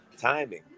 timing